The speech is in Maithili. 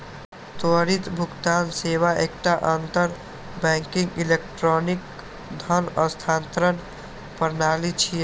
त्वरित भुगतान सेवा एकटा अंतर बैंकिंग इलेक्ट्रॉनिक धन हस्तांतरण प्रणाली छियै